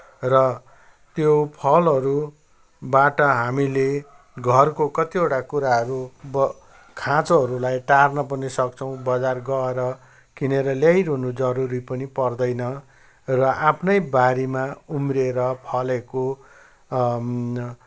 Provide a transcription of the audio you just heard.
र त्यो फलहरूबाट हामीले घरको कतिवटा कुराहरू वा खाँचोहरूलाई टार्न पनि सक्छौँ बजार गएर किनेर ल्याइरहनु जरुरी पनि पर्दैन र आफ्नै बारीमा उम्रिएर फलेको